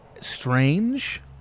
strange